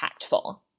impactful